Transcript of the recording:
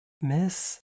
Miss